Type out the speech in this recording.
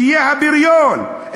שיהיה הבריון.